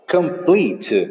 Complete